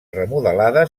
remodelada